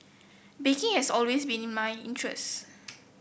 baking has always been my interest